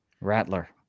Rattler